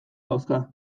dauzka